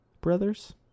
Brothers